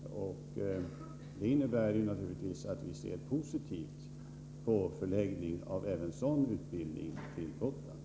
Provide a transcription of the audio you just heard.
Detta innebär naturligtvis att vi ser positivt på förläggning av sådan utbildning även till Gotland.